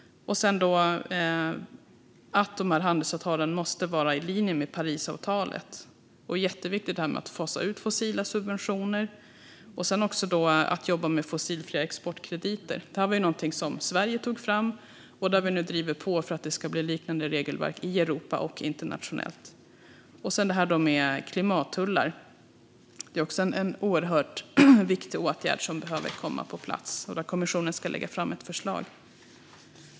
Handelsavtalen måste vara i linje med Parisavtalet. Det är viktigt att fasa ut fossila subventioner och att jobba med fossilfria exportkrediter. Detta är något som Sverige har tagit fram, och vi har drivit på för att det ska bli liknande regelverk i Europa och internationellt. Vidare har vi frågan om klimattullar. Det är också en oerhört viktig åtgärd som behöver komma på plats. Kommissionen ska lägga fram ett förslag.